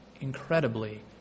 incredibly